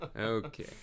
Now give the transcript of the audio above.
Okay